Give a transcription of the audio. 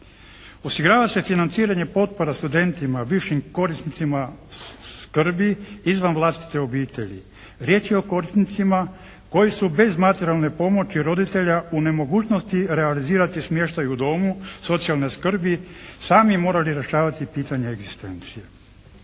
Osigurava se financiranje potpora studentima, bivšim korisnicima skrbi izvan vlastite obitelji. Riječ je o korisnicima koji su bez materijalne pomoći roditelja u nemogućnosti realizirati smještaj u domu socijalne skrbi, sami morali rješavati pitanje egzistencije.